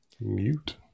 Mute